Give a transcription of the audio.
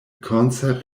concept